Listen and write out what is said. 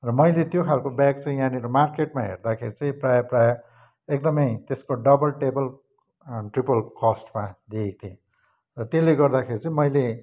र मैले त्यो खालको ब्याग चाहिँ यहाँनिर मार्केटमा हेर्दाखेरि चाहिँ प्रायः प्रायः एकदमै त्यसको डबल टेबल ट्रिपल कस्टमा देखेको थिएँ र त्यसले गर्दाखेरि चाहिँ मैले